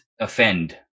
offend